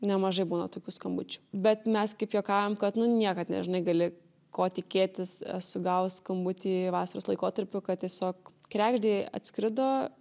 nemažai būna tokių skambučių bet mes kaip juokaujam kad nu niekad nežinai gali ko tikėtis esu gavus skambutį vasaros laikotarpiu kad tiesiog kregždė atskrido